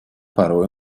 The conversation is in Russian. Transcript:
порой